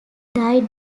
died